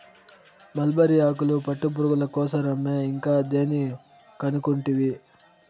mulberry ఆకులు పట్టుపురుగుల కోసరమే ఇంకా దేని కనుకుంటివి